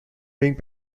being